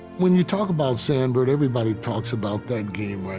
when you talk about sandberg, everybody talks about that game right